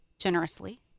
generously